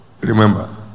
Remember